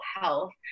health